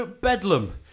bedlam